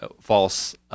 false